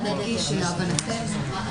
להבנתנו,